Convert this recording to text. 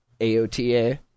AOTA